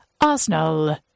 Arsenal